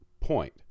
point